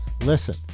Listen